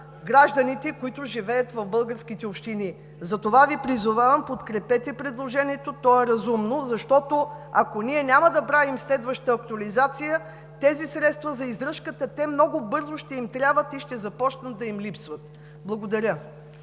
гражданите, които живеят в българските общини. Затова Ви призовавам: подкрепете предложението! То е разумно. Ако ние няма да правим следваща актуализация, средствата за издръжката много бързо ще им трябват и ще започнат да им липсват. Благодаря.